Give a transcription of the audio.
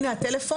הנה מספר הטלפון,